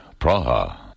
Praha